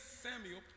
Samuel